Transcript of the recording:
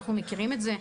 אנחנו מכירים את זה,